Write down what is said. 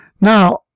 Now